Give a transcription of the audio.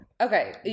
okay